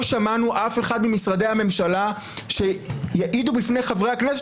לא שמענו אף אחד ממשרדי הממשלה שיעידו בפני חברי הכנסת,